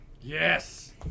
Yes